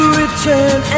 return